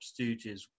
Stooges